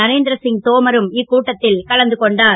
நரேந்திரசிங் தோம ரும் இக்கூட்டத்தில் கலந்து கொண்டனர்